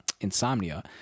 Insomnia